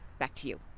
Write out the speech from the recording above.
back to you.